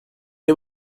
est